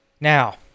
now